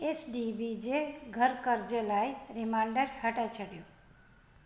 H D B जे घर कर्ज लाइ रिमाइंडर हटाए छॾियो